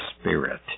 Spirit